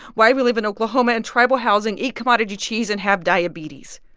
why we live in oklahoma in tribal housing, eat commodity cheese and have diabetes.